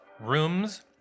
Rooms